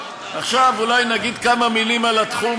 עכשיו, אולי נגיד כמה מילים על התחום